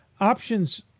options